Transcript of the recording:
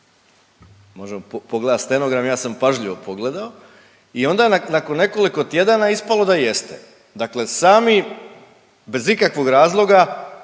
Možemo pogledati stenogram, ja sam pažljivo pogledao i onda nakon nekoliko tjedana je ispalo da jeste. Dakle sami bez ikakvog razloga,